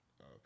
Okay